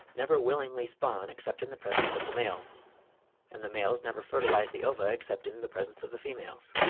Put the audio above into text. never willingly spawn except in the presence of the males and the males never fertilise the ova except in the presence of the females.